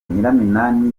nyiraminani